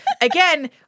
Again